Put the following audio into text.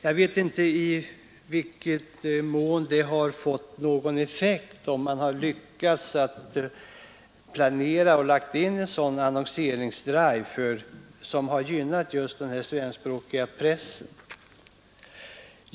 Jag vet inte i vilken mån det sker och om man lyckats planera och lägga in en sådan annonseringsdrive som gynnat just den svenskspråkiga pressen.